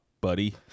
buddy